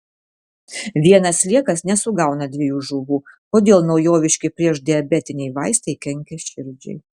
vienas sliekas nesugauna dviejų žuvų kodėl naujoviški priešdiabetiniai vaistai kenkia širdžiai